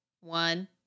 One